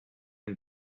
and